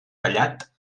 tallat